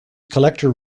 collector